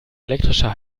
elektrischer